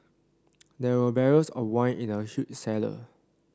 there were barrels of wine in the huge cellar